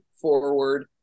forward